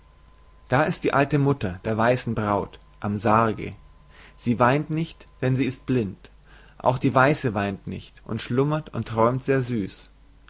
das ist die alte mutter der weißen braut am sarge sie weint nicht denn sie ist blind auch die weiße weint nicht und schlummert und träumt sehr süß